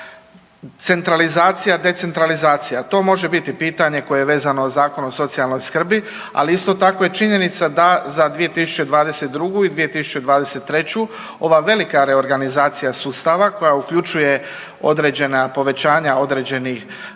Centralizacija, decentralizacija, to može biti pitanje koje je vezano Zakonom o socijalnoj skrbi, ali isto tako je činjenica da za 2022. i 2023. ova velika reorganizacija sustava koja uključuje određena povećanja određenih naknada